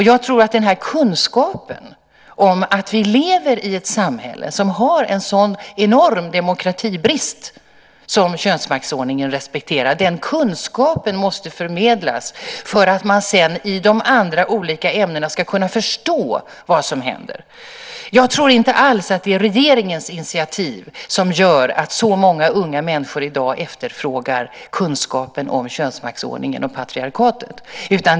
Jag tror att kunskapen om att vi lever i ett samhälle som har en sådan enorm demokratibrist, som könsmaktsordningen representerar, måste förmedlas för att man i de andra olika ämnena ska kunna förstå vad som händer. Jag tror inte alls att det är regeringens initiativ som gör att så många unga människor i dag efterfrågar kunskapen om könsmaktsordningen och patriarkatet.